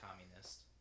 communist